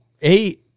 hey